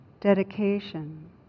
dedication